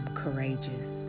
courageous